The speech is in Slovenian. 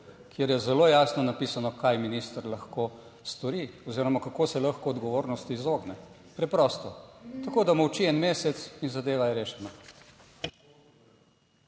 kjer je zelo jasno napisano, kaj minister lahko stori oziroma kako se lahko odgovornosti izogne. Preprosto tako, da molči en mesec in zadeva je rešena.